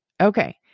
Okay